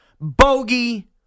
Bogey